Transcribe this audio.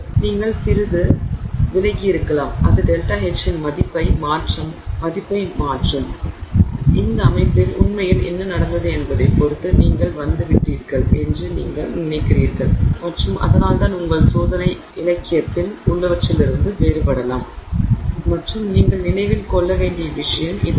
எனவே நீங்கள் சிறிது விலகி இருக்கலாம் அது ΔH இன் மதிப்பை மாற்றும் இந்த அமைப்பில் உண்மையில் என்ன நடந்தது என்பதைப் பொறுத்து நீங்கள் வந்துவிட்டீர்கள் என்று நீங்கள் நினைக்கிறீர்கள் மற்றும் அதனால்தான் உங்கள் சோதனை இலக்கியத்தில் உள்ளவற்றிலிருந்து வேறுபடலாம் மற்றும் நீங்கள் நினைவில் கொள்ள வேண்டிய விஷயம் இதுதான்